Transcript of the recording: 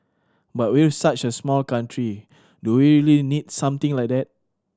but we're such a small country do we really need something like that